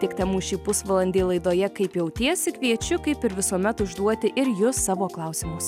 tiek temų šį pusvalandį laidoje kaip jautiesi kviečiu kaip ir visuomet užduoti ir jus savo klausimus